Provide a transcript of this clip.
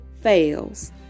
fails